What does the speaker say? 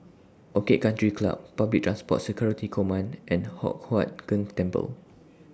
Orchid Country Club Public Transport Security Command and Hock Huat Keng Temple